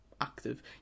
active